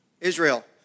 Israel